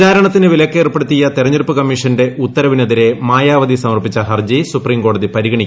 പ്രചാരണത്തിന് വിലക്കേർപ്പെടുത്തിയ തെരഞ്ഞെടൂപ്പ് കമ്മീഷന്റെ ഉത്തരവിനെതിരെ മായാവതി സമർപ്പിച്ച ഹർജി സൂപ്രീംകോടതി പരിഗണിക്കാൻ വിസമ്മതിച്ചു